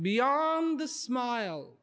beyond the smile